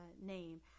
name